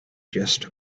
just